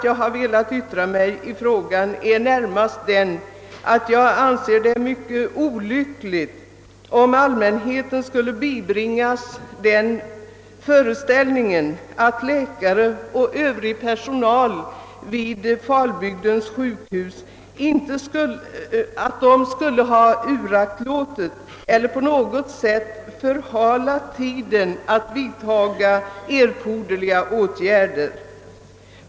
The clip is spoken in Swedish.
Jag har velat yttra mig i frågan närmast därför att jag anser det mycket olyckligt, om allmänheten skulle bibringas föreställningen att läkare och övrig personal vid Falbygdens sjukhus på något sätt skulle ha dröjt med att vidta erforderliga åtgärder.